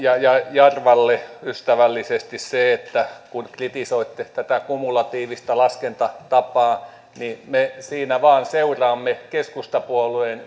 jarvalle ystävällisesti se että kun kritisoitte tätä kumulatiivista laskentatapaa niin me siinä vain seuraamme keskustapuolueen